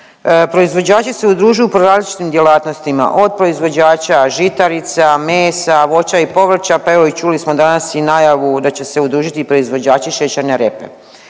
Proizvođači se udružuju po različitim djelatnostima, od proizvođača žitarica, mesa, voća i povrća, pa evo, čuli smo danas i najavu da će se udružiti i proizvođači šećerne repe.